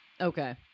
Okay